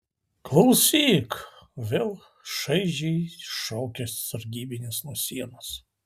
klausyk vėl šaižiai šaukia sargybinis nuo sienos